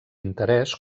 interès